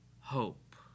hope